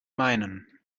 meinen